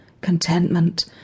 contentment